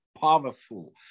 powerful